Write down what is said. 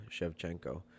Shevchenko